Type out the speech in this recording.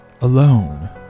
Alone